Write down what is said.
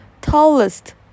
Tallest